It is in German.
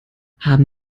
haben